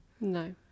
No